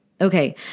Okay